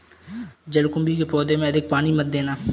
जलकुंभी के पौधों में अधिक पानी मत देना